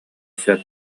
сөп